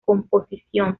composición